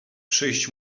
przyjść